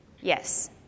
yes